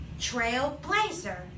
Trailblazer